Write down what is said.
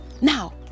Now